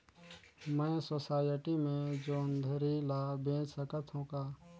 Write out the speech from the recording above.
मैं सोसायटी मे जोंदरी ला बेच सकत हो का?